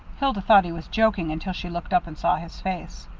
hilda thought he was joking until she looked up and saw his face.